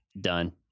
done